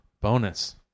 Bonus